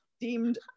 deemed